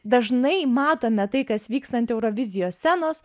dažnai matome tai kas vyksta ant eurovizijos scenos